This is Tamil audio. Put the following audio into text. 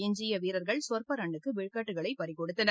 எஞ்சிய வீரர்கள் சொற்ப ரன்னுக்கு விக்கெட்டுகளை பறிக் கொடுத்தனர்